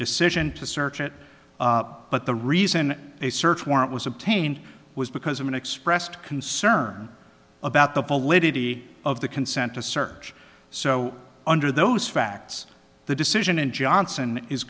decision to search it but the reason a search warrant was obtained was because of an expressed concern about the validity of the consent to search so under those facts the decision in johnson is